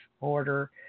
Order